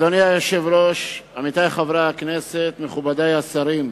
אדוני היושב-ראש, עמיתי חברי הכנסת, מכובדי השרים,